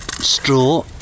straw